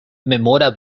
memora